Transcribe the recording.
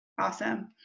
Awesome